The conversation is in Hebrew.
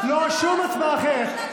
לא שום הצבעה אחרת.